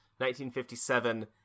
1957